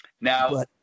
Now